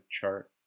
chart